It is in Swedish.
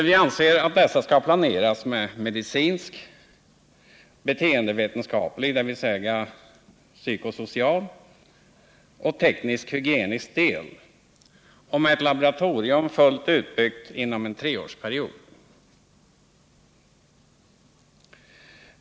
Vi anser att dessa skall planeras med medicinsk, beteendevetenskaplig 39 psykosocial och teknisk-hygienisk del med laboratorium och vara fullt utbyggda inom en treårsperiod.